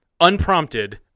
unprompted